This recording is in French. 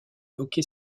hockey